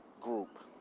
group